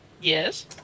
Yes